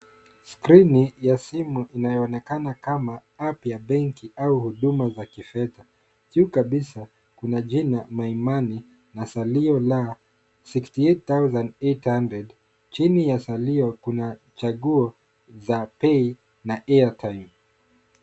Skrini ya simu inayonekana kama app ya benki au huduma za kifedha, juu kabisa kuna jina my money na salio la sixty eight thousand eight hundred , chini la salio kuna chaguo za pay na airtime .